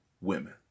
women